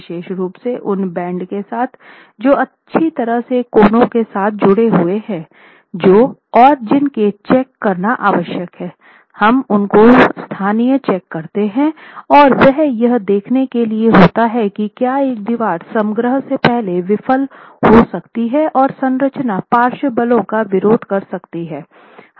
विशेष रूप से उन बैंड के साथ जो अच्छी तरह से कोनों के साथ जुड़े हुए हैं जो और जिनका चेक करना आवश्यक है हम उनको स्थानीय चेक कहते हैं और वह यह देखने के लिए होता है कि क्या एक दीवार समग्र से पहले विफल हो सकती है और संरचना पार्श्व बलों का विरोध कर सकती है